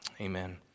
Amen